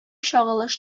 чагылыш